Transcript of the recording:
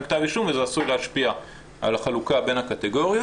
כתב אישום וזה עשוי להשפיע על החלוקה בין הקטגוריות.